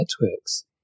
networks